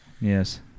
Yes